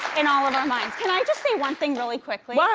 in all of our minds. can i just say one thing really quickly? yeah